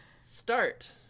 start